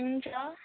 हुन्छ